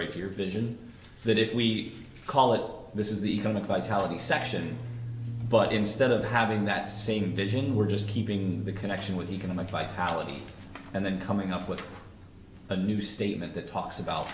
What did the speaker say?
right to your vision that if we call it this is the economic vitality section but instead of having that same vision we're just keeping the connection with economic vitality and then coming up with a new statement that talks about